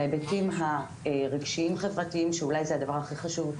בהיבטים הרגשיים חברתיים שאולי זה הדבר הכי חשוב,